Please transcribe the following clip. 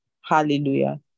Hallelujah